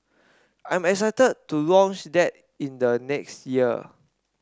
I am excited to launch that in the next year